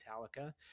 Metallica